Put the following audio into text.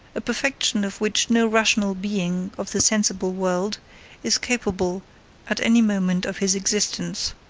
a perfection of which no rational being of the sensible world is capable at any moment of his existence.